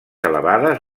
elevades